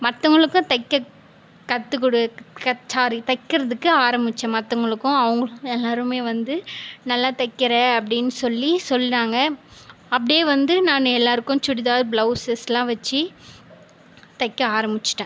மற்றவங்களுக்கு தைக்க கற்றுக் கொடு சாரி தைக்கிறதுக்கு ஆரம்மிச்சேன் மற்றவங்களுக்கும் அவங்களும் எல்லோருமே வந்து நல்லா தைக்கிற அப்படினு சொல்லி சொன்னாங்க அப்படியே வந்து நான் எல்லோருக்கும் சுடிதார் பிளவுஸஸ்லாம் வச்சி தைக்க ஆரம்மிச்சிட்டேன்